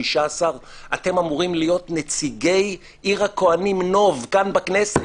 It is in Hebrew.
16. אתם אמורים להיות נציגי עיר הכהנים נוב כאן בכנסת.